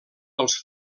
dels